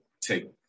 take